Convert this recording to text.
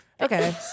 Okay